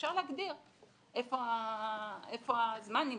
אפשר להגדיר איפה הזמן נמצא.